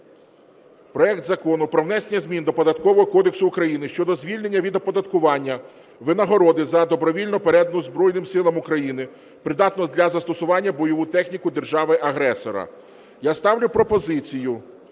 проект Закону про внесення змін до Податкового кодексу України щодо звільнення від оподаткування винагороди за добровільно передану Збройним Силам України придатну для застосування бойову техніку держави-агресора. Я ставлю пропозицію